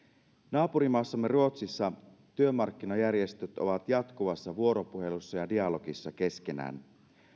naapurimaassamme ruotsissa työmarkkinajärjestöt ovat jatkuvassa vuoropuhelussa ja dialogissa keskenään